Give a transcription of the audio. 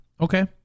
Okay